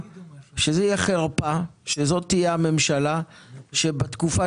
שזה יהיה חרפה שזאת תהיה הממשלה שבתקופה